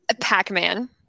Pac-Man